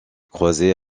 croisée